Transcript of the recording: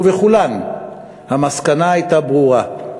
ובכולן המסקנה הייתה ברורה: